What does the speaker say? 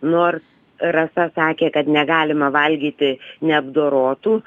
nors rasa sakė kad negalima valgyti neapdorotų